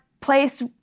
place